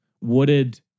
wooded